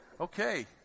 Okay